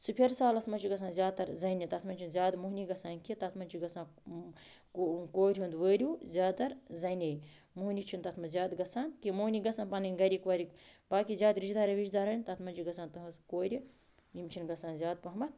سُہ فِرٕ سالَس منٛز چھِ گژھان زیادٕ تَر زَنٛنہِ تَتھ منٛز چھِنہٕ زیادٕ مہونی گژھان کیٚنہہ تَتھ منٛز چھِ گژھان کوٚرِ ہُنٛد وٲرِوٗ زیادٕ تَر زیادٕ تَر زَنٛنِے مہٕنی چھِنہٕ تَتھ منٛز زیادٕ گژھان کیٚنہہ مہٕنی گژھَن پَنٕنۍ گَرِکھ وَرِک باقٕے زیادٕ رِشتہٕ دارَن وِشتہٕ دارَن تَتھ منٛز چھِ گژھان تِہٕنٛز کورِ یِم چھِنہٕ گژھان زیادٕ پہمتھ